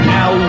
Now